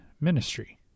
ministry